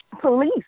Police